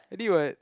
I did what